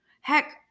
Heck